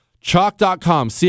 Chalk.com